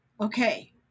Okay